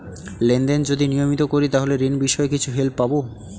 Lane দেন যদি নিয়মিত করি তাহলে ঋণ বিষয়ে কিছু হেল্প পাবো?